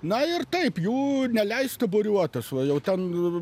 na ir taip jų neleista būriuotis va jau ten